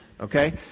Okay